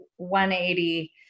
180